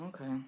okay